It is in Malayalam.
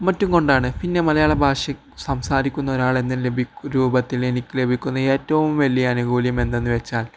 മറ്റും കൊണ്ടാണ് പിന്നെ മലയാളഭാഷ സംസാരിക്കുന്ന ഒരാളെന്ന രൂപത്തില് എനിക്ക് ലഭിക്കുന്ന ഏറ്റവും വലിയ ആനുകൂല്യം എന്താണെന്നുവെച്ചാൽ